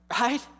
Right